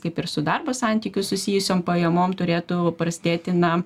kaip ir su darbo santykiu susijusiom pajamom turėtų prasidėti na